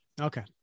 Okay